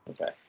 Okay